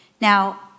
Now